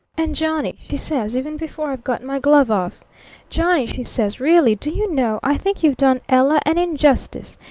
and johnny she says even before i've got my glove off johnny, she says, really, do you know, i think you've done ella an injustice.